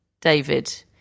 David